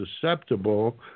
susceptible